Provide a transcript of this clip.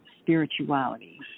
spirituality